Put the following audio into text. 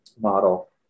model